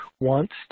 wants